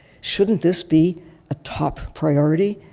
shouldn't this be a top priority?